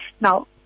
Now